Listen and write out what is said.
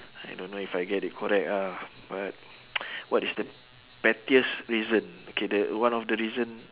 I don't know if I get it correct ah but what is the pettiest reason okay the one of the reason